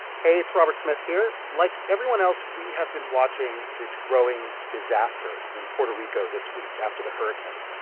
hey. it's robert smith here. like everyone else, we have been watching this growing disaster in puerto rico this week, after the hurricane.